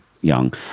young